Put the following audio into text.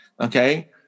Okay